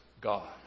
God